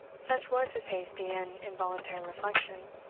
such was his hasty and involuntary reflection,